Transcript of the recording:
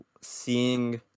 seeing